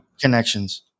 Connections